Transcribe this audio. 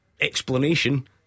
Explanation